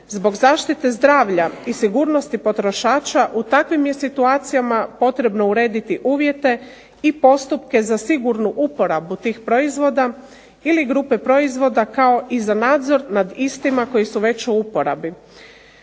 Zbog zaštite zdravlja i sigurnosti potrošača u takvim je situacijama potrebno urediti uvjete i postupke za sigurnu uporabu tih proizvoda ili grupe proizvoda kao i za nadzor nad istima koji su već u uporabi.